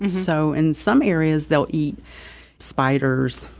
so in some areas, they'll eat spiders,